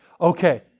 Okay